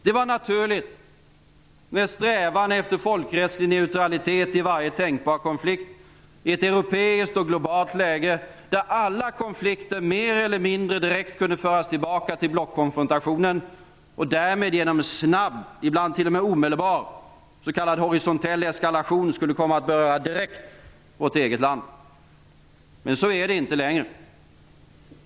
Det var naturligt med en strävan efter folkrättslig neutralitet i varje tänkbar konflikt i ett europeiskt och globalt läge där alla konflikter mer eller mindre direkt kunde föras tillbaka till blockkonfrontationen och därmed genom snabb, ibland t.o.m. omedelbar, s.k. horisontell eskalation skulle komma att beröra vårt eget land direkt. Men så är det inte längre.